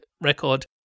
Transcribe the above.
record